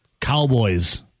Cowboys